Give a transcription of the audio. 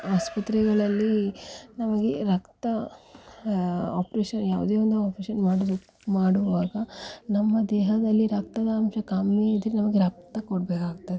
ಆಸ್ಪತ್ರೆಗಳಲ್ಲಿ ನಮಗೆ ರಕ್ತ ಆಪ್ರೇಷನ್ ಯಾವುದೇ ಒಂದು ಆಪ್ರೇಷನ್ ಮಾಡಿದ್ರು ಮಾಡುವಾಗ ನಮ್ಮ ದೇಹದಲ್ಲಿ ರಕ್ತದ ಅಂಶ ಕಮ್ಮಿ ಇದ್ದರೆ ನಮಗೆ ರಕ್ತ ಕೊಡಬೇಕಾಗ್ತದೆ